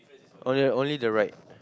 only only the right